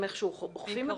הם איך שהוא אוכפים את זה?